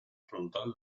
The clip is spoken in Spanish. frontal